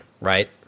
right